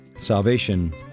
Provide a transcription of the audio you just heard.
salvation